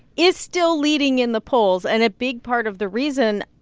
is still leading in the polls. and a big part of the reason,